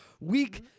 weak